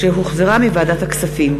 שהחזירה ועדת הכספים,